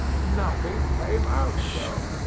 nothing came out though.